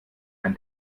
ein